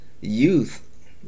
youth